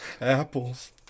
Apples